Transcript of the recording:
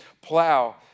plow